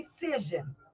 decision